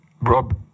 rob